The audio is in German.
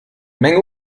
menge